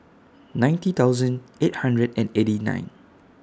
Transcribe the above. ninety thousand eight hundred and eighty nine